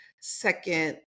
second